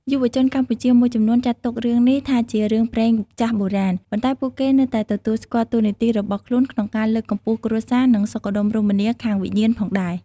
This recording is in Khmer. យុវជនកម្ពុជាមួយចំនួនចាត់ទុករឿងនេះថាជារឿងព្រេងចាស់បុរាណ ប៉ុន្តែពួកគេនៅតែទទួលស្គាល់តួនាទីរបស់ខ្លួនក្នុងការលើកកម្ពស់គ្រួសារ និងសុខដុមរមនាខាងវិញ្ញាណផងដែរ។